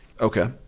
okay